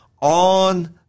on